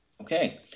Okay